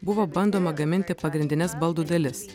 buvo bandoma gaminti pagrindines baldų dalis